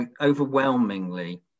overwhelmingly